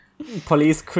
police